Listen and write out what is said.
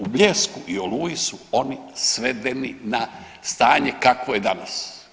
U Bljesku i Oluji su oni svedeni na stanje kakvo je danas.